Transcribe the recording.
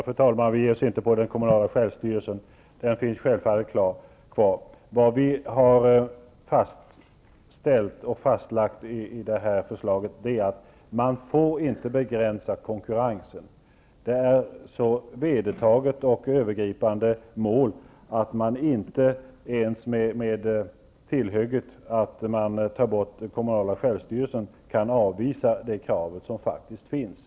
Fru talman! Vi angriper inte den kommunala självstyrelsen. Den finns självfallet kvar. I och med det här förslaget har vi fastlagt att man inte får begränsa konkurrensen. Det är ett så vedertaget och övergripande mål, att man inte ens med hotet att ta bort den kommunala självstyrelsen kan avvisa det krav som faktiskt finns.